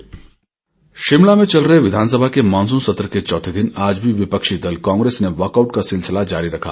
dispatch Shimla में चल रहे विधानसभा के मॉनसून सत्र के चौथे दिन आज भी विपक्षी दल कांग्रेस ने वॉकआउट का सिलसिला जारी रखा